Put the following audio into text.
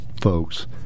folks